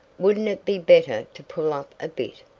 wouldn't it be better to pull up a bit?